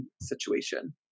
situation